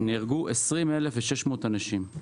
נהרגו 20,600 אנשים,